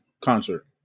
concert